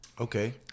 Okay